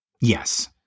yes